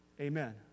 Amen